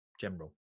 general